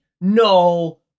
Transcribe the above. no